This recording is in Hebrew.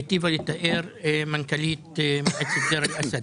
היטיבה לתאר מנכ"לית דיר אל-אסד,